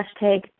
hashtag